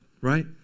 right